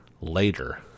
later